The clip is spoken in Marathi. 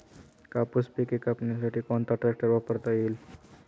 कापूस पिके कापण्यासाठी कोणता ट्रॅक्टर वापरता येईल?